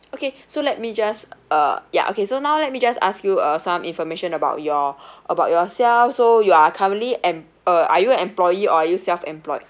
okay so let me just uh ya okay so now let me just ask you uh some information about your about yourself so you are currently em~ uh are you employee or are you self-employed